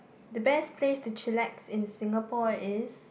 the best place to chillax in Singapore is